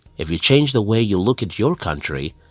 if you change the way you look at your country,